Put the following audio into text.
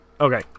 Okay